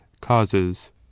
causes